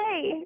Hey